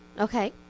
Okay